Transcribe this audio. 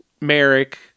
Merrick